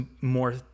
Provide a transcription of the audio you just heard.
more